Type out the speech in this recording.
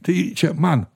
tai čia man